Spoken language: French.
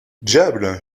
diable